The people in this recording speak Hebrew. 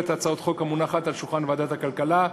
הצעת חוק המונחת על שולחן ועדת הכלכלה.